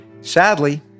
Sadly